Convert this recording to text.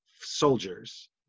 soldiers